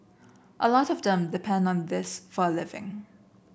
a lot of them depend on this for a living